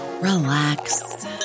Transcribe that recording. relax